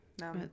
no